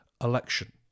election